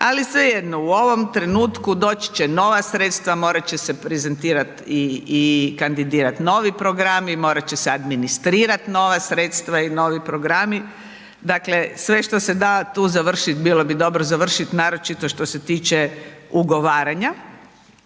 ali svejedno u ovom trenutku doći će nova sredstva, morati će se prezentirati i kandirati novi programi, morati će administrirati nova sredstva i novi programi. Dakle sve što se da tu završiti bilo bi dobro završiti naročito što se tiče ugovaranja,